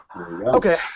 Okay